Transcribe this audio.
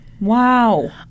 Wow